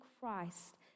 Christ